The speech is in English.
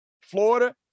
Florida